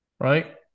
right